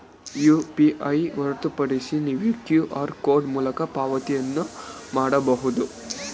UPI ಹೊರತುಪಡಿಸಿ ನೀವು QR code ಮೂಲಕ ಪಾವತಿಯನ್ನು ಮಾಡಬಹುದು